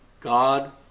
God